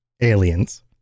Aliens